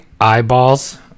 eyeballs